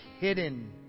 hidden